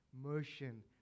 motion